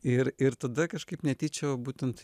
ir ir tada kažkaip netyčia būtent